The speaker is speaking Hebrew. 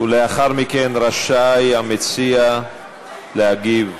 ולאחר מכן רשאי המציע להגיב,